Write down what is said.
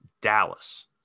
dallas